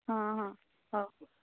ହଁ ହଁ ହଉ